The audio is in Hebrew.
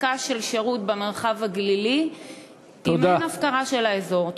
הפסקה של שירות במרחב הגלילי היא מעין הפקרה של האזור.